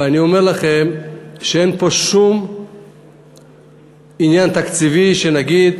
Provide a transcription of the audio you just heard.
ואני אומר לכם שאין פה שום עניין תקציבי, שנגיד